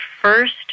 first